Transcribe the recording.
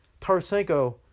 Tarasenko